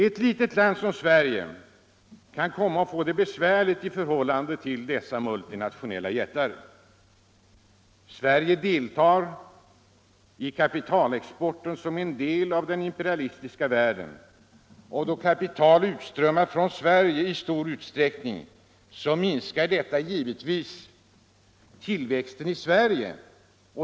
Ett litet land som Sverige kan komma att få det besvärligt i förhållandet till dessa multinationella jättar. Sverige deltar i kapitalexporten som en del av den imperialistiska världen. Och då kapital utströmmar från Sverige i stor utsträckning minskar givetvis tillväxten i Sverige.